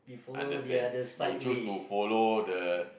I understand you will choose to follow the